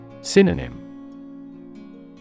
Synonym